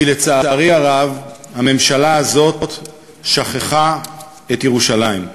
כי לצערי הרב הממשלה הזאת שכחה את ירושלים.